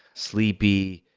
sleepy,